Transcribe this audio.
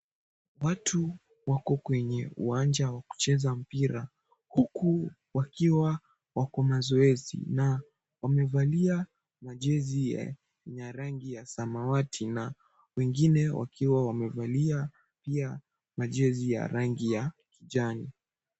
Watu wako kwenye uwanja wa kucheza mpira, huku wakiwa wako na zoezi na wamevalia majezi ya rangi ya samawati na wengine wakiwa wamevalia pia majezi ya rangi ya kijani.